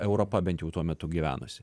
europa bent jau tuo metu gyvenusi